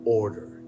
order